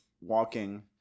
walking